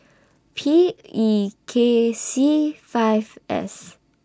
P E K C five S